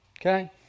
okay